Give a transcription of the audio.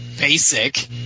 Basic